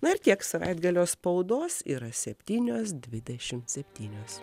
na ir tiek savaitgalio spaudos yra septynios dvidešimt septynios